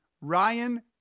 Ryan